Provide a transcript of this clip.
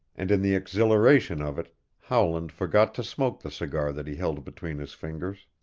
and in the exhilaration of it howland forgot to smoke the cigar that he held between his fingers.